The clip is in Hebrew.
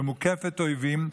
שמוקפת אויבים.